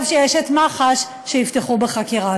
טוב שיש מח"ש שיפתחו בחקירה.